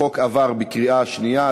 החוק עבר בקריאה שנייה.